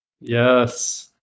Yes